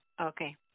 Okay